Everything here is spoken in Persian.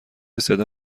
صدا